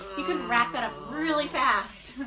you can rack that up really fast!